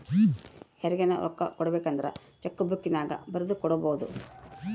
ಯಾರಿಗನ ರೊಕ್ಕ ಕೊಡಬೇಕಂದ್ರ ಚೆಕ್ಕು ಬುಕ್ಕಿನ್ಯಾಗ ಬರೆದು ಕೊಡಬೊದು